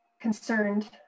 concerned